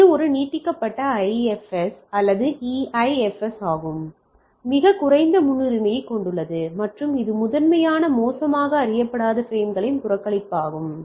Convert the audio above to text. எனவே இது ஒரு நீட்டிக்கப்பட்ட IFS அல்லது EIFS ஆகும் இது மிகக் குறைந்த முன்னுரிமையைக் கொண்டுள்ளது மற்றும் இது முதன்மையாக மோசமான அறியப்படாத பிரேம்களைப் புகாரளிப்பதாகும்